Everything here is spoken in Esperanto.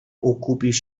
okupis